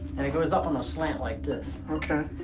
and it goes up on a slant like this. okay.